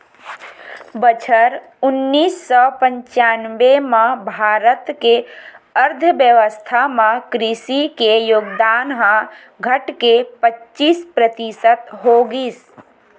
बछर उन्नीस सौ पंचानबे म भारत के अर्थबेवस्था म कृषि के योगदान ह घटके पचीस परतिसत हो गिस